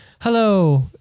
Hello